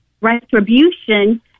retribution